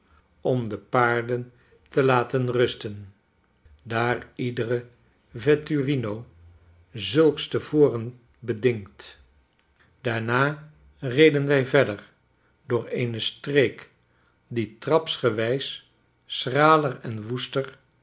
om de paarden te laten rusten daar iedere vetturino zulks te voren bedingt daarna reden wij verder door eene streek die trapsgewijs schraler en woester